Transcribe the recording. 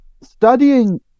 studying